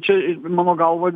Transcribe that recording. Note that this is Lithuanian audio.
čia i mano galva